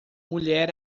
mulher